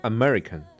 American，